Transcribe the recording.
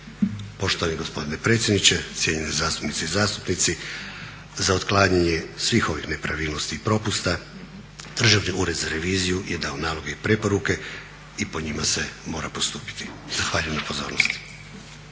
Poštovani gospodine predsjedniče, cijenjene zastupnice i zastupnici, za otklanjanje svih ovih nepravilnosti i propusta Državni ured za reviziju je dao naloge i preporuke i po njima se mora postupiti. Zahvaljujem na pozornosti.